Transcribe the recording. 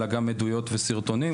אלא גם עדויות וסרטונים.